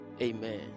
Amen